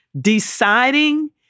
deciding